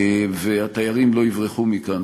והתיירים לא יברחו מכאן.